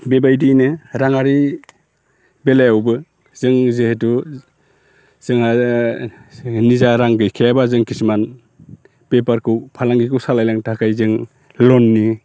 बेबायदियैनो राङारि बेलायावबो जों जिहेथु जोंहा निजा रां गैखायाबा जों खिसुमान बेफारखौ फालांगिखौ सालायलांनो थाखाय जों ल'ननि